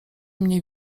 mniej